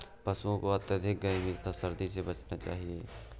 पशूओं को अत्यधिक गर्मी तथा सर्दी से बचाना चाहिए